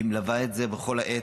והיא מלווה את זה בכל עת,